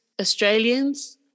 Australians